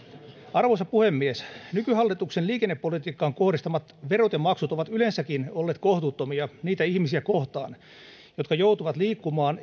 arvoisa puhemies nykyhallituksen liikennepolitiikkaan kohdistamat verot ja maksut ovat yleensäkin olleet kohtuuttomia niitä ihmisiä kohtaan jotka joutuvat liikkumaan